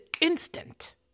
instant